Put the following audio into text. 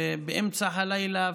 באמצע הלילה,